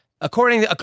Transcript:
According